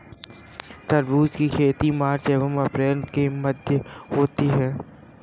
तरबूज की खेती मार्च एंव अप्रैल के मध्य होती है